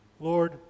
Lord